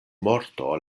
morto